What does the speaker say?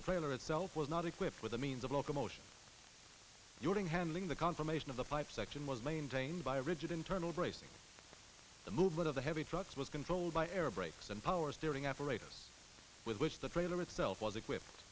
the trailer itself was not equipped with a means of locomotion during handling the confirmation of the pipe section was maintained by a rigid internal brace and the movement of the heavy trucks was controlled by air brakes and power steering operator with which the trailer itself was equipped